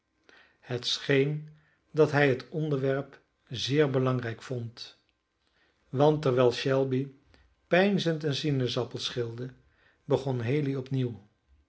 scheen dat hij het onderwerp zeer belangrijk vond want terwijl shelby peinzend een sinaasappel schilde begon haley